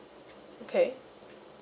okay